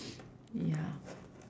ya